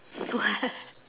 what